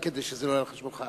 כדי שזה לא יהיה על חשבונך.